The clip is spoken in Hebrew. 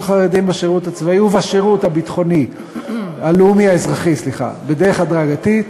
חרדים בשירות הצבאי ובשירות הלאומי האזרחי בדרך הדרגתית,